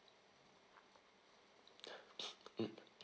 mm